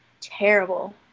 terrible